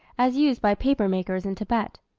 as used by paper-makers in thibet.